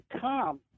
come